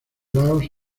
laos